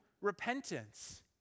repentance